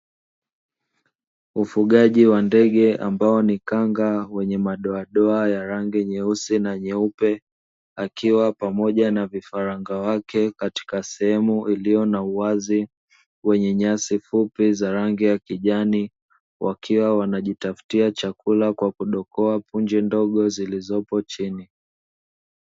Ufugaji wa ndege ambao ni kanga wenye madoadoa ya rangi nyeusi na nyeupe. Akiwa pamoja na vifaranga wake katika sehemu iliyo na uwazi, wenye nyasi fupi za rangi ya kijani. Wakiwa wanajitafutia chakula kwa kudokoa punje ndogo zilizopo chini.